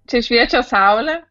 čia šviečia saulė